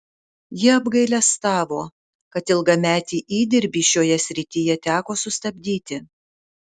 ji apgailestavo kad ilgametį įdirbį šioje srityje teko sustabdyti